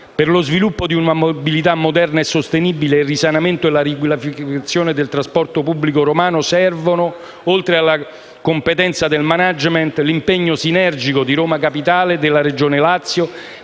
Per lo sviluppo di una mobilità moderna e sostenibile e il risanamento e la riqualificazione del trasporto pubblico romano servono, oltre alla competenza del *management*, l'impegno sinergico di Roma Capitale, della Regione Lazio,